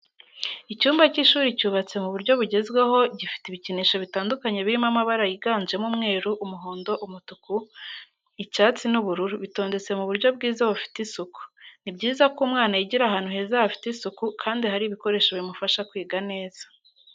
Icyumba cy'ishuri cyubatse mu buryo bugezweho gifite ibikinisho bitandukanye biri mabara yiganjemo umweru, umuhondo, umutuku, icyatsi n'ubururu bitondetse mu buryo bwiza bufite isuku. Ni byiza ko umwana yigira ahantu heza hafite isuku kandi hari ibikoresho bimufasha kwiga neza.